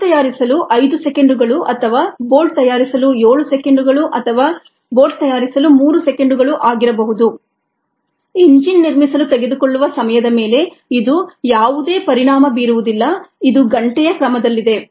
bolt ತಯಾರಿಸಲು 5 ಸೆಕೆಂಡುಗಳು ಅಥವಾ ಬೋಲ್ಟ್ ತಯಾರಿಸಲು 7 ಸೆಕೆಂಡುಗಳು ಅಥವಾ ಬೋಲ್ಟ್ ತಯಾರಿಸಲು 3 ಸೆಕೆಂಡುಗಳು ಆಗಿರಬಹುದು ಎಂಜಿನ್ ನಿರ್ಮಿಸಲು ತೆಗೆದುಕೊಳ್ಳುವ ಸಮಯದ ಮೇಲೆ ಇದು ಯಾವುದೇ ಪರಿಣಾಮ ಬೀರುವುದಿಲ್ಲ ಇದು ಗಂಟೆಯ ಕ್ರಮದಲ್ಲಿದೆ